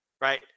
Right